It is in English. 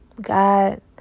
God